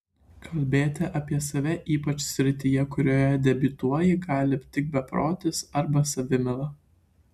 kalbėti apie save ypač srityje kurioje debiutuoji gali tik beprotis arba savimyla